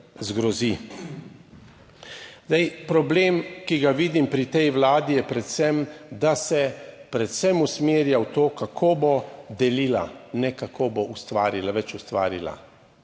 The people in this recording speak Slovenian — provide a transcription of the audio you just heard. Zdaj, problem, ki ga vidim pri tej Vladi je predvsem, da se predvsem usmerja v to, kako bo delila, ne kako bo ustvarila več ustvarila.